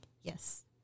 Yes